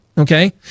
Okay